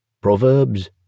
Proverbs